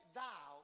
thou